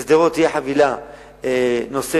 לשדרות תהיה חבילה נוספת